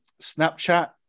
Snapchat